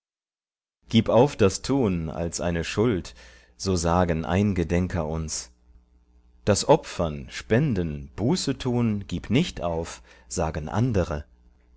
gib auf das tun als eine schuld so sagen ein'ge denker uns das opfern spenden bußetun gib nicht auf sagen andere